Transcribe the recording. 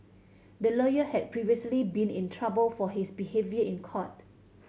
the lawyer had previously been in trouble for his behaviour in court